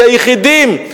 כי היחידים,